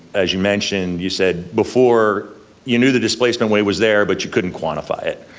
as you mentioned, you said before you knew the displacement wave was there, but you couldn't quantify it,